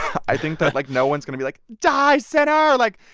i think that, like, no one's going to be like, die, sinner. like,